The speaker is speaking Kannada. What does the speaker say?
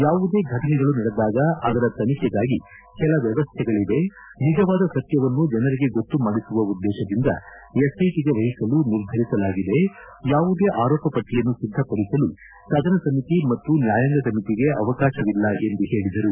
ಯಾವುದೇ ಘಟನೆಗಳು ನಡೆದಾಗ ಅದರ ತನಿಖೆಗಾಗಿ ಕೆಲ ವ್ಯವಸ್ಥೆಗಳವೆನಿಜವಾದ ಸತ್ತವನ್ನು ಜನರಿಗೆ ಗೊತ್ತು ಮಾಡಿಸುವ ಉದ್ದೇಶದಿಂದ ಎಸ್ಐಟಿಗೆ ವಹಿಸಲು ನಿರ್ಧರಿಸಲಾಗಿದೆ ಯಾವುದೇ ಆರೋಪಪಟ್ಟಯನ್ನು ಸಿದ್ಧಪಡಿಸಲು ಸದನ ಸಮಿತಿ ಮತ್ತು ನ್ಯಾಯಾಂಗ ಸಮಿತಿಗೆ ಅವಕಾಶವಿಲ್ಲ ಎಂದು ಹೇಳಿದರು